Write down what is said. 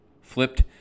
flipped